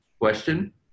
question